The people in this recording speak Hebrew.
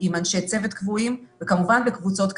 עם אנשי צוות קבועים וכמובן בקבוצות קטנות.